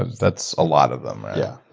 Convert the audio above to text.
and that's a lot of them, right? yeah.